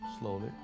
slowly